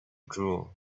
drool